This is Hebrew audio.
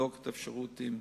לבדוק את האפשרות, אם